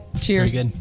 Cheers